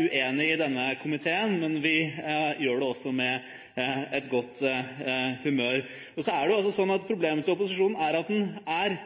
uenige i denne komiteen, men vi er det med godt humør. Problemet til opposisjonen er at den er